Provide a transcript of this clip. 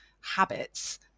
habits